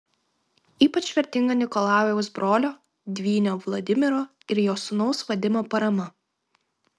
ypač vertinga nikolajaus brolio dvynio vladimiro ir jo sūnaus vadimo parama